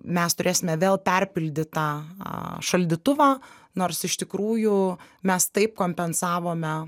mes turėsime vėl perpildytą šaldytuvą nors iš tikrųjų mes taip kompensavome